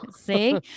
See